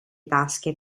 tasche